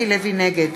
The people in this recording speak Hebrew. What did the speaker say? נגד